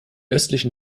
östlichen